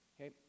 Okay